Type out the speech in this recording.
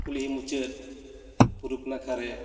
ᱠᱩᱞᱦᱤ ᱢᱩᱪᱟᱹᱫ ᱯᱩᱨᱩᱵ ᱱᱟᱠᱷᱟ ᱨᱮ